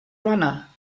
runner